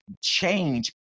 change